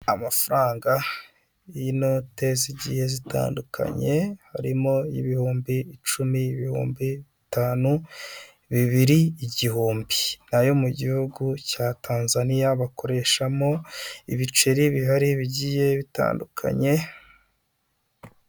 Amafaranga y'inote z'igiye zitandukanye harimo ibihumbi icumi, ibihumbi bitanu, bibiri igihumbi. Ni ayo mu gihugu cya Tanzaniya bakoreshamo ibiceri bihari bigiye bitandukanye.